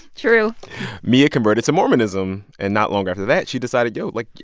true mia converted to mormonism. and not long after that, she decided, yo like,